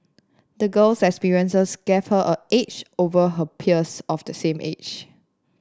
the girl's experiences gave her an edge over her peers of the same age